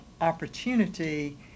opportunity